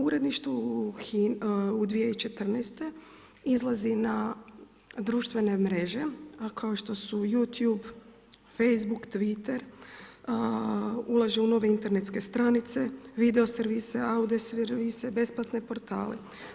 Uredništvo 2014. izlazi na društvene mreže a kao što su YouTube, Facebook, Twitter, ulaže u nove internetske stranice, video servise, audio servise, besplatne portale.